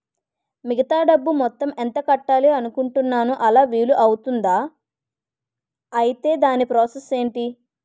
మిగతా డబ్బు మొత్తం ఎంత కట్టాలి అనుకుంటున్నాను అలా వీలు అవ్తుంధా? ఐటీ దాని ప్రాసెస్ ఎంటి?